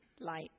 light